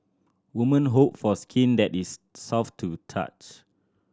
women hope for skin that is soft to the touch